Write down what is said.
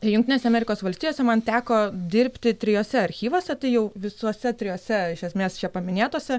ir jungtinėse amerikos valstijose man teko dirbti trijuose archyvuose tai jau visose trijuose iš esmės čia paminėtuose